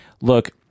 look